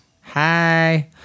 Hi